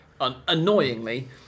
annoyingly